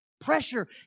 pressure